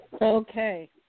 Okay